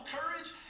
courage